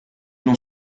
l’on